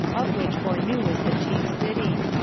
of which bournou is the chief city.